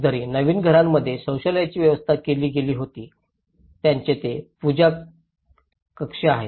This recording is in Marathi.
जरी नवीन घरांमध्ये शौचालयांची व्यवस्था केली गेली होती ज्याचे ते पूजा कक्ष आहेत